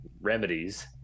remedies